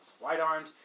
White-armed